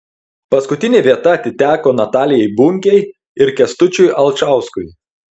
paskutinė vieta atiteko natalijai bunkei ir kęstučiui alčauskui